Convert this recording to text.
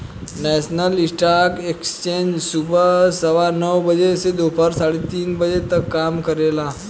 national stock exchange सुबह सवा नौ बजे से दोपहर साढ़े तीन बजे तक काम करेला